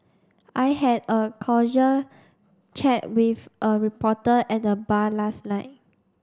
I had a chat with a reporter at the bar last night